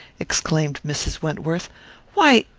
exclaimed mrs. wentworth why,